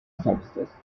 services